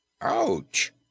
Ouch